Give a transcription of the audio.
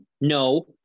no